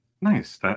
Nice